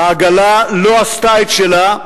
העגלה לא עשתה את שלה,